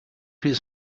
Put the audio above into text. his